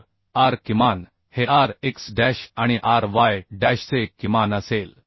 तर r किमान हे r x डॅश आणि r y डॅशचे किमान असेल